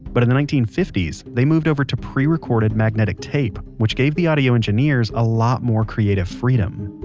but in the nineteen fifty s, they moved over to pre-recorded magnetic tape, which gave the audio engineers a lot more creative freedom.